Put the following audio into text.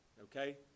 okay